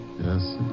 Yes